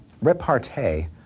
repartee